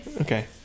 Okay